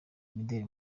imideli